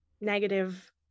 negative